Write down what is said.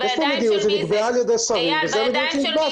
יש פה מדיניות שנקבעה על ידי שרים וזה מה שנקבע,